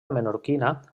menorquina